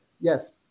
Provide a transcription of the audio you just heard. Yes